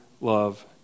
love